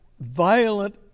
Violent